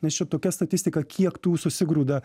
nes čia tokia statistika kiek tų susigrūda